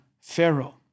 Pharaoh